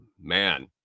Man